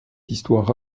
histoire